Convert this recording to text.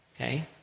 okay